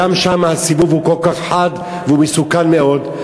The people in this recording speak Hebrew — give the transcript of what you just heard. גם שם הסיבוב הוא כל כך חד, והוא מסוכן מאוד.